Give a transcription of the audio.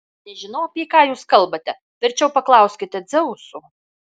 nežinau apie ką jūs kalbate verčiau paklauskite dzeuso